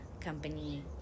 company